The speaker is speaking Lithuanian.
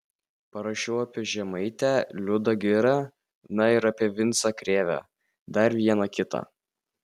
parašiau apie žemaitę liudą girą na ir apie vincą krėvę dar vieną kitą